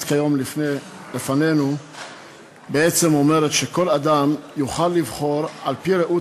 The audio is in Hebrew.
כיום לפנינו בעצם אומרת שכל אדם יוכל לבחור על-פי ראות